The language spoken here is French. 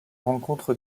rencontres